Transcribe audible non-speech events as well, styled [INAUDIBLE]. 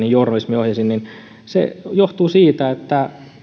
[UNINTELLIGIBLE] journalismin ohjeisiin se johtuu siitä että